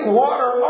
water